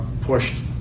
pushed